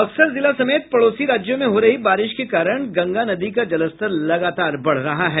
बक्सर जिले समेत पड़ोसी राज्यों में हो रही बारिश के कारण गंगा नदी का जलस्तर लगातार बढ़ रहा है